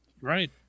Right